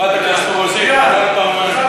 חברת הכנסת רוזין פעמיים.